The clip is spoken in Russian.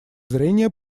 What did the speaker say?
зрения